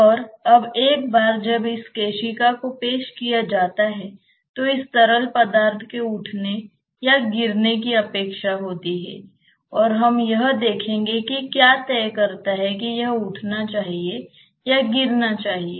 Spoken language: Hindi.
और अब एक बार जब इस केशिका को पेश किया जाता है तो इस तरल पदार्थ के उठने या गिरने की अपेक्षा होती है और हम यह देखेंगे कि क्या तय करता है कि यह उठना चाहिए या गिरना चाहिए